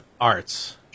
Arts